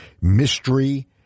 Mystery